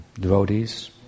devotees